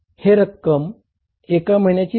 ही रक्कम एका महिन्याची नाही